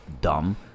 dumb